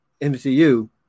MCU